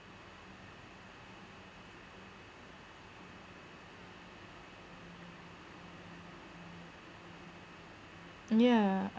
yeah